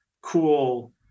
cool